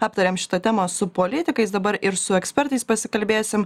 aptarėm šitą temą su politikais dabar ir su ekspertais pasikalbėsim